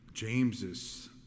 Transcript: James's